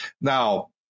Now